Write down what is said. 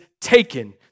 taken